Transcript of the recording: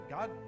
God